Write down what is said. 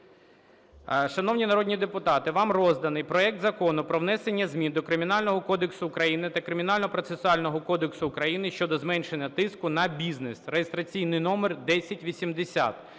Шановні народні депутати, вам розданий проект Закону про внесення змін до Кримінального кодексу України та Кримінального процесуального кодексу України щодо зменшення тиску на бізнес (реєстраційний номер 1080).